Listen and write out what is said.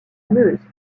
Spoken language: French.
meuse